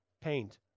Paint